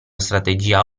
strategia